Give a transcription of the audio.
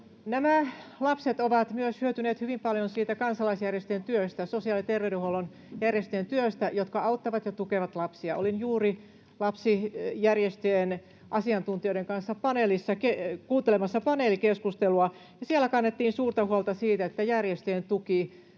Nämä lapset ovat myös hyötyneet hyvin paljon siitä kansalaisjärjestöjen työstä, sosiaali- ja terveydenhuollon järjestöjen työstä, joka auttaa ja tukee lapsia. Olin juuri lapsijärjestöjen asiantuntijoiden kanssa kuuntelemassa paneelikeskustelua, ja siellä kannettiin suurta huolta siitä, että sote-järjestöjen tukea